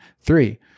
Three